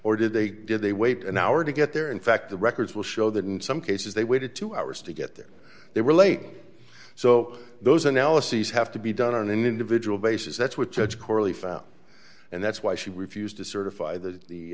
or did they did they wait an hour to get there in fact the records will show that in some cases they waited two hours to get there they were late so those analyses have to be done on an individual basis that's what judge coralie found and that's why she refused to certify the